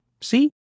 See